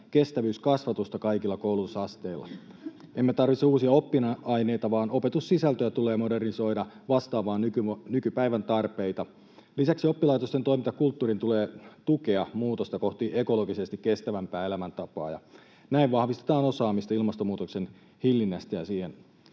kestävyyskasvatusta kaikilla koulutusasteilla. Emme tarvitse uusia oppiaineita, vaan opetussisältöjä tulee modernisoida vastaamaan nykypäivän tarpeita. Lisäksi oppilaitosten toimintakulttuurin tulee tukea muutosta kohti ekologisesti kestävämpää elämäntapaa. Näin vahvistetaan osaamista ilmastonmuutoksen hillinnässä ja siihen